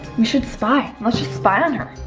we should spy! lets just spy on her.